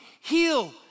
Heal